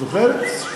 זוכרת?